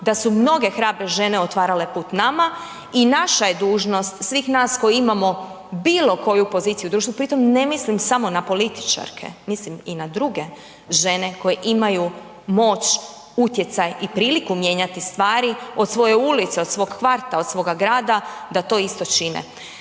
da su mnoge hrabre žene otvarale put nama i naša je dužnost svih nas koji imamo bilo koju poziciju u društvu, pri tom ne mislim samo na političarke, mislim i na druge žene koje imaju moć, utjecaj i priliku mijenjati stvari, od svoje ulice, od svog kvarta, od svoga grada da to isto čine.